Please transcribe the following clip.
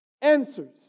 Answers